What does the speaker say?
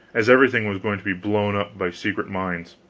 as everything was going to be blown up by secret mines,